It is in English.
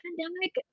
pandemic